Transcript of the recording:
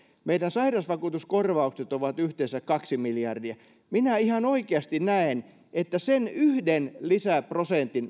meidän sairausvakuutuskorvaukset ovat yhteensä kaksi miljardia minä ihan oikeasti näen että tarvitsemme tähän nyt sen yhden lisäprosentin